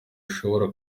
ushobora